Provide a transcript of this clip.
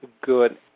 good